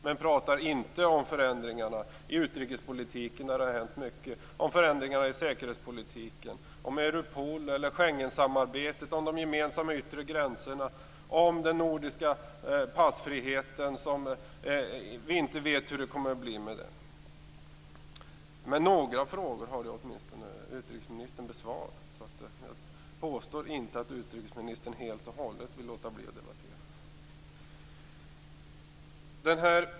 Men hon pratar inte om förändringarna i utrikespolitiken, där det har hänt mycket, om förändringarna i säkerhetspolitiken, om Europol eller om Schengensamarbetet, om de gemensamma yttre gränserna eller om den nordiska passfriheten, som vi inte vet hur det kommer att bli med. Men några frågor har åtminstone utrikesministern besvarat. Jag påstår inte att utrikesministern helt och hållet vill låta bli att debattera.